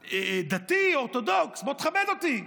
דתי, אורתודוקס, בוא תכבד אותי.